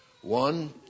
One